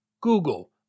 Google